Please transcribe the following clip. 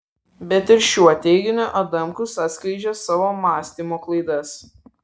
bet ir šiuo teiginiu adamkus atskleidžia savo mąstymo klaidas